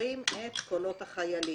שסופרים את קולות החיילים.